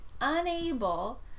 unable